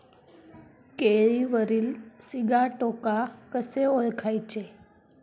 केळीवरील सिगाटोका कसे ओळखायचे?